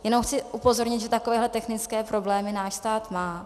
Jenom chci upozornit, že takovéhle technické problémy náš stát má.